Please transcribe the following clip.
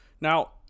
Now